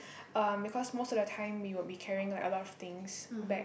um because most of the time we would be carrying like a lot of things back